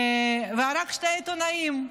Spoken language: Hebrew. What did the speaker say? והרג שני עיתונאים.